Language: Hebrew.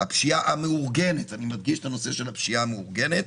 הפשיעה המאורגנת ואני מדגיש את הנושא של הפשיעה המאורגנת